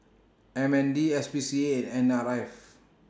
M N D S P C A and N R F